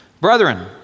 Brethren